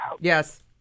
Yes